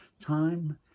time